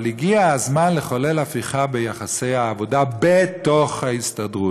אבל הגיע הזמן לחולל הפיכה ביחסי העבודה בתוך ההסתדרות,